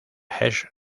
hesse